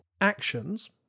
actions